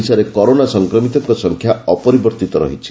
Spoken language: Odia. ଓଡ଼ିଶାରେ କରୋନା ସଂକ୍ରମିତଙ୍କ ସଂଖ୍ୟା ଅପରିବର୍ତ୍ତିତ ରହିଛି